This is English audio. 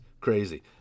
crazy